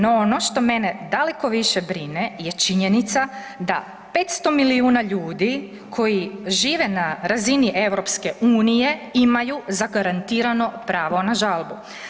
No ono što mene daleko više brine je činjenica da 500 milijuna ljudi koji žive na razini EU imaju zagarantirano pravo na žalbu.